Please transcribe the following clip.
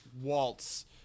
Waltz